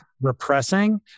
repressing